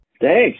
Thanks